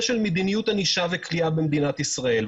של מדיניות ענישה וכליאה במדינת ישראל.